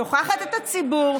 שוכחת את הציבור,